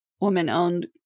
woman-owned